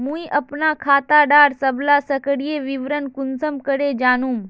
मुई अपना खाता डार सबला सक्रिय विवरण कुंसम करे जानुम?